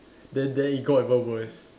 then then it got even worse